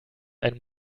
ein